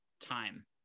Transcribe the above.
time